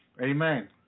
Amen